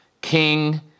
King